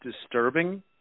disturbing